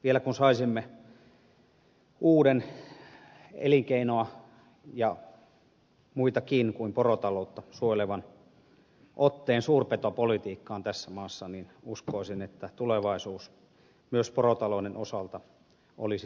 vielä kun saisimme uuden elinkeinoa ja muitakin kuin porotaloutta suojelevan otteen suurpetopolitiikkaan tässä maassa niin uskoisin että tulevaisuus myös porotalouden osalta olisi turvattu